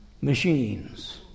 machines